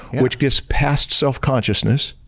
which gets past self-consciousness.